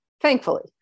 Thankfully